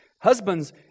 husbands